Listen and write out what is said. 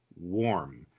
warm